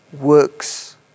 works